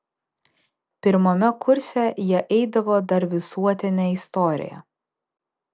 pirmame kurse jie eidavo dar visuotinę istoriją